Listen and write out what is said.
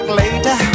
later